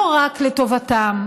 לא רק לטובתם,